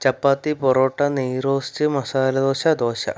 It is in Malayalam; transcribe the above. ചപ്പാത്തി പൊറോട്ട നെയ് റോസ്റ്റ് മസാല ദോശ ദോശ